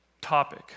topic